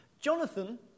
Jonathan